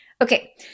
Okay